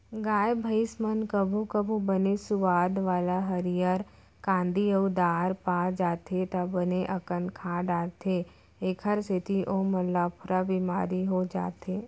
गाय भईंस मन कभू कभू बने सुवाद वाला हरियर कांदी अउ दार पा जाथें त बने अकन खा डारथें एकर सेती ओमन ल अफरा बिमारी हो जाथे